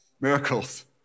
miracles